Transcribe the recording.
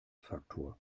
faktor